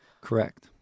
Correct